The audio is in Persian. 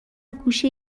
گوشه